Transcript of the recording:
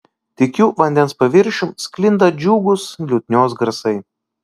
tykiu vandens paviršium sklinda džiugūs liutnios garsai